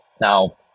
Now